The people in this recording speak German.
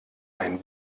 ein